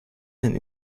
and